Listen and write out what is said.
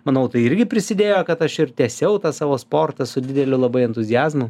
manau tai irgi prisidėjo kad aš ir tęsiau tą savo sportą su dideliu labai entuziazmu